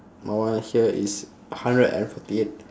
my one here is hundred and forty eight